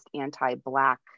anti-black